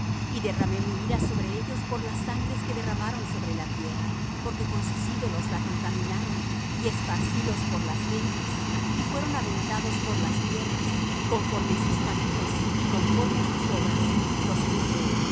y derramé mi ira sobre ellos por las sangres que derramaron sobre la tierra porque con sus ídolos la contaminaron y esparcílos por las gentes y fueron aventados por las tierras conforme á sus caminos y conforme á sus obras los juzgué